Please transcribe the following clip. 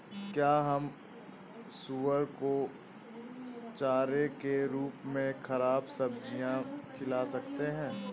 क्या हम सुअर को चारे के रूप में ख़राब सब्जियां खिला सकते हैं?